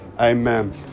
amen